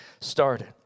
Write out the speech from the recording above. started